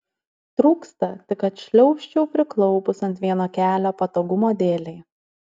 trūksta tik kad šliaužčiau priklaupus ant vieno kelio patogumo dėlei